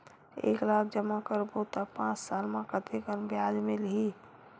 एक लाख जमा करबो त पांच साल म कतेकन ब्याज मिलही?